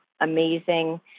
amazing